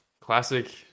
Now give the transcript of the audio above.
classic